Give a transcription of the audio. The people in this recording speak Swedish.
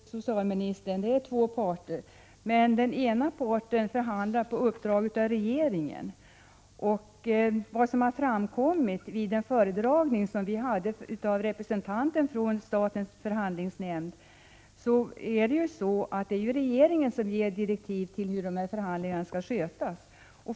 Herr talman! Ja, socialministern, det är två parter, men den ena parten förhandlar på uppdrag av regeringen. Enligt vad som framkom vid föredragningen av en representant för statens förhandlingsnämnd är det regeringen som ger direktiv för hur förhandlingarna skall skötas.